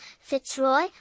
Fitzroy